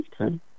Okay